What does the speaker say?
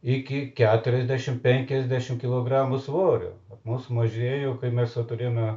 iki keturiasdešim penkiasdešim kilogramų svorio mūsų mažieji jau kai mes jau turėjome